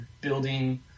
building